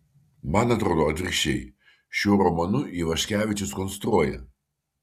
man atrodo atvirkščiai šiuo romanu ivaškevičius konstruoja